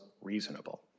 reasonable